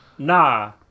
Nah